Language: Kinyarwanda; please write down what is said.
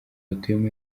batuyemo